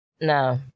No